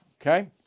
okay